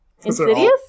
Insidious